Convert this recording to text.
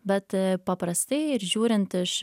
bet paprastai ir žiūrint iš